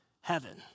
Heaven